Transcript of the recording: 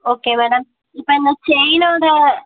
okay madam இப்போ இந்த செயினோடய